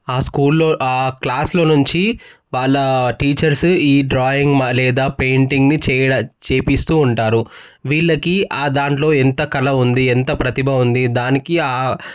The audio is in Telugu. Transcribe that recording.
ఆ స్కూల్లో క్లాసులో నుంచి వాళ్ళ టీచర్స్ ఈ డ్రాయింగ్ మా లేదా పెయింటింగ్ చేపిస్తూ ఉంటారు వీళ్ళకి ఆ దాంట్లో ఎంత కళ ఉంది ఎంత ప్రతిభ ఉంది దానికి